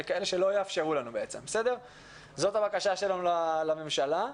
זאת הבקשה שלנו מן הממשלה.